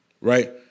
right